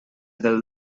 del